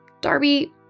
Darby